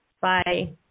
Bye